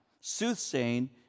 soothsaying